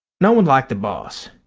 no one liked the boss.